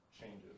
changes